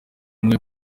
umwe